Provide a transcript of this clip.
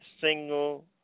single